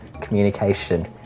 communication